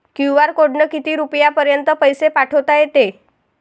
QR कोडनं किती रुपयापर्यंत पैसे पाठोता येते?